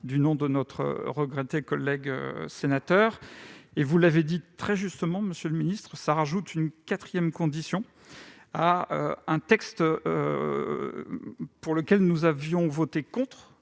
du nom de notre regretté collègue sénateur. Vous l'avez dit très justement, monsieur le ministre, il s'agit d'ajouter une quatrième condition à un texte contre lequel nous avions voté, avec